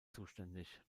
zuständig